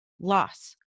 loss